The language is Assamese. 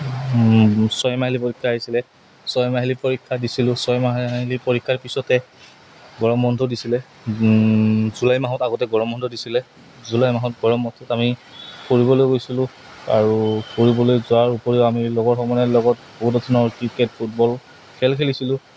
ছয় মাহিলী পৰীক্ষা আহিছিলে ছয় মাহিলী পৰীক্ষা দিছিলোঁ ছয় মাহিলী পৰীক্ষাৰ পিছতে গৰম বন্ধ দিছিলে জুলাই মাহত আগতে গৰম বন্ধ দিছিলে জুলাই মাহত গৰম বন্ধত আমি ফুৰিবলৈ গৈছিলোঁ আৰু ফুৰিবলৈ যোৱাৰ উপৰিও আমি লগৰ সমনীয়াৰ লগত বহুতো ধৰণৰ ক্ৰিকেট ফুটবল খেল খেলিছিলোঁ